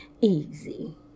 easy